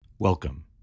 Welcome